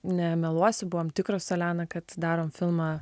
nemeluosiu buvom tikros su elena kad darom filmą